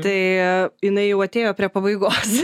tai jinai jau atėjo prie pabaigos